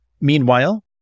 Meanwhile